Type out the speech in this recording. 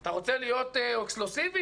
אתה רוצה להיות אקסקלוסיבי,